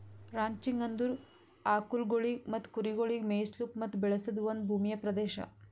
ranching ಅಂದುರ್ ಆಕುಲ್ಗೊಳಿಗ್ ಮತ್ತ ಕುರಿಗೊಳಿಗ್ ಮೆಯಿಸ್ಲುಕ್ ಮತ್ತ ಬೆಳೆಸದ್ ಒಂದ್ ಭೂಮಿಯ ಪ್ರದೇಶ